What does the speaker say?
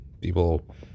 people